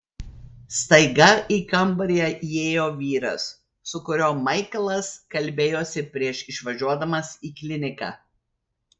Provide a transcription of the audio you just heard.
staiga į kambarį įėjo vyras su kuriuo maiklas kalbėjosi prieš išvažiuodamas į kliniką